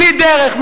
בלי דרך,